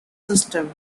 system